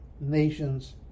nations